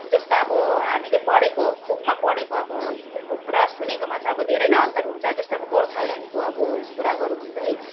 जस्तो अब हामीले पढेको बुकमा पढेको अब इत बुकबाट सुनेकोमा चाहिँ अब धेरै नै अन्तर हुन्छ जस्तै अब गोर्खाल्यान्डको अब कुरा गरौँ है